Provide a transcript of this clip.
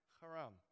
Haram